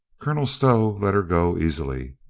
colonel stow let her go easily.